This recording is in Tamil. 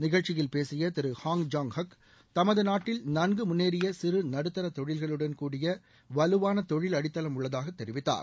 நிகழ்ச்சியில் பேசிய திரு ஹாங் ஜாங் ஹக் தமது நாட்டில் நன்கு முன்னேறிய சிறு நடுத்தர தொழில்களுடன் கூடிய வலுவான தொழில் அடித்தளம் உள்ளதாக தெரிவித்தார்